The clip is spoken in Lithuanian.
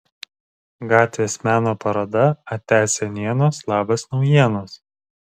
gatvės meno paroda ate senienos labas naujienos